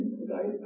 today